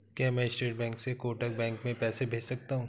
क्या मैं state bank से कोटक बैंक में पैसे भेज सकता हूँ?